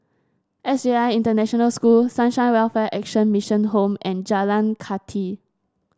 S J I International School Sunshine Welfare Action Mission Home and Jalan Kathi